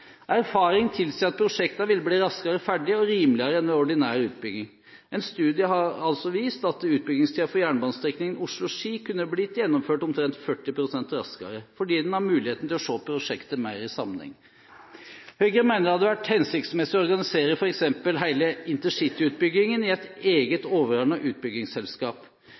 Erfaring tilsier at prosjektene vil bli raskere ferdige og rimeligere enn ved ordinær utbygging. En studie har vist at utbyggingstiden for jernbanestrekningen Oslo–Ski kunne blitt gjennomført omtrent 40 pst. raskere, fordi man har muligheten til å se prosjektet mer i sammenheng. Høyre mener det hadde vært hensiktsmessig å organisere f.eks. hele intercityutbyggingen i et eget overordnet utbyggingsselskap.